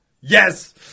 Yes